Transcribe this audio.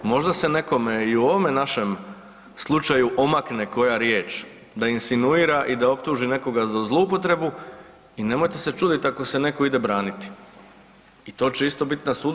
Možda se nekome i u ovome našem slučaju omakne koja riječ da insinuira i da optuži nekoga za zloupotrebu i nemojte se čuditi ako se neko ide braniti i to će isto biti na sudu.